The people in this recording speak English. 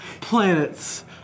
planets